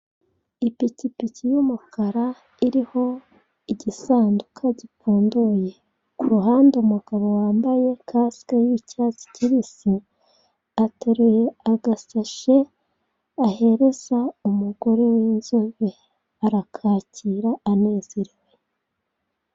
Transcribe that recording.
Ipikipiki ya umukara iriho igisanduka gipfunduye, kuruhande umugabo wambaye kasike ya icyatsi kibisi, ateruye agasashi ahereza umugore wa inzobe, arakakira anezerewe.